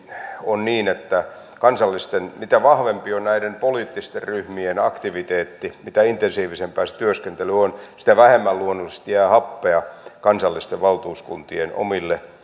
on niin että mitä vahvempi on näiden poliittisten ryhmien aktiviteetti mitä intensiivisempää se työskentely on sitä vähemmän luonnollisesti jää happea kansallisten valtuuskuntien omille